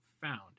found